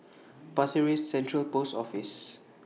Pasir Ris Central Post Office